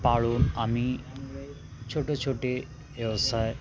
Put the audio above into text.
पाळून आम्ही छोटंछोटे व्यवसाय